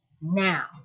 now